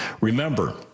Remember